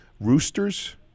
Roosters